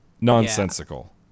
Nonsensical